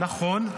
נכון.